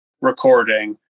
recording